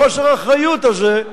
לחוסר האחריות הזה,